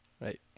right